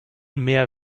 mehr